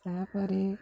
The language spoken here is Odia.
ତା'ପରେ